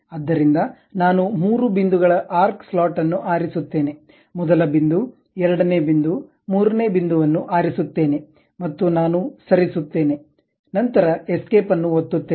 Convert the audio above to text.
ಆದ್ದರಿಂದ ನಾನು ಮೂರು ಬಿಂದುಗಳ ಆರ್ಕ್ ಸ್ಲಾಟ್ ಅನ್ನು ಆರಿಸುತ್ತೇನೆ ಮೊದಲ ಬಿಂದು ಎರಡನೇ ಬಿಂದು ಮೂರನೇ ಬಿಂದು ಅನ್ನು ಆರಿಸುತ್ತೇನೆ ಮತ್ತು ನಾನು ಸರಿಸುತ್ತೇನೆ ನಂತರ ಎಸ್ಕೇಪ್ ಅನ್ನು ಒತ್ತುತ್ತೇನೆ